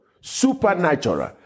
supernatural